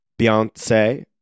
Beyonce